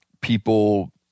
people